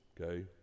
okay